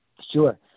sure